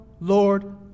Lord